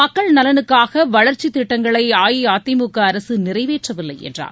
மக்கள் நலனுக்கான வளர்ச்சித் திட்டங்களை அஇஅதிமுக அரசு நிறைவேற்றவில்லை என்றார்